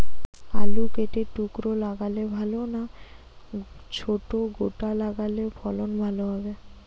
আলু কেটে টুকরো লাগালে ভাল না ছোট গোটা লাগালে ফলন ভালো হবে?